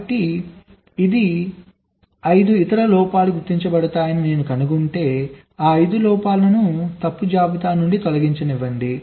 కాబట్టి 5 ఇతర లోపాలు గుర్తించబడుతున్నాయని నేను కనుగొంటే ఆ 5 లోపాలను తప్పు జాబితా నుండి తొలగించనివ్వండి